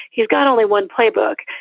he's got only one playbook.